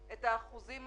את הדחייה הזו.